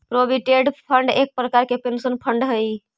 provident fund एक प्रकार के पेंशन फंड हई